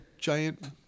giant